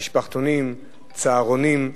במשפחתונים, בצהרונים.